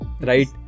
Right।